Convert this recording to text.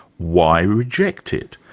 why reject it?